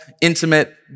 intimate